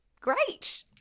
great